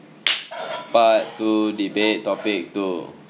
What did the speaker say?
part two debate topic two